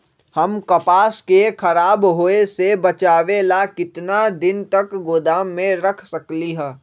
हम कपास के खराब होए से बचाबे ला कितना दिन तक गोदाम में रख सकली ह?